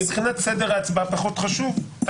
מבחינת סדר ההצבעה פחות חשוב.